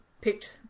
picked